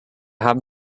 haben